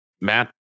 Matt